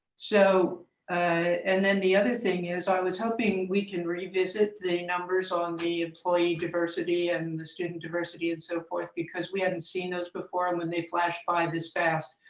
so and then the other thing is i was hoping we can revisit the numbers on the employee diversity and the student diversity and so forth because we hadn't seen those before and when they flashed by this fast,